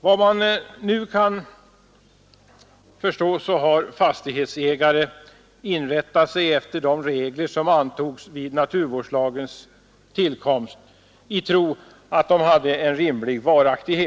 Vad man nu kan förstå har fastighetsägare inrättat sig efter de regler som antogs vid naturvårdslagens tillkomst i tro att de hade en rimlig varaktighet.